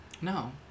No